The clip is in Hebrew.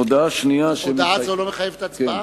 הודעה זו לא מחייבת הצבעה?